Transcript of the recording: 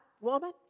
woman